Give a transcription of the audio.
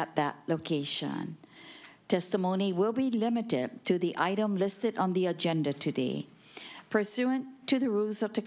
at that location testimony will be limited to the item listed on the agenda to be pursuant to the rules up to